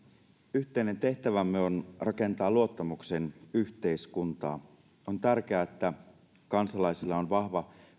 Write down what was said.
yhteinen tehtävämme on rakentaa luottamuksen yhteiskuntaa on tärkeää että kansalaisilla on vahva